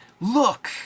look